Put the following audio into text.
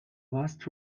last